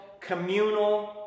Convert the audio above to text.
communal